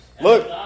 Look